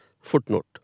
footnote